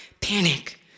Panic